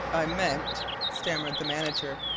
i meant stammered the manager,